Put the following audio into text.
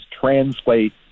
translate